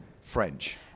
French